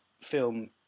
film